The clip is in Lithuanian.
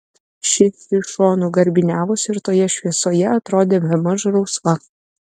ši iš šonų garbiniavosi ir toje šviesoje atrodė bemaž rausva